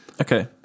Okay